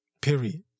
Period